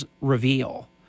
reveal